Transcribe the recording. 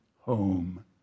home